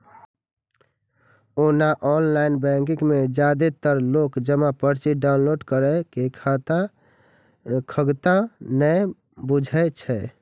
ओना online banking मे जादेतर लोक जमा पर्ची डॉउनलोड करै के खगता नै बुझै छै